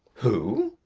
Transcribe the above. who?